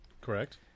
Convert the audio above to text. Correct